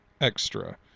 extra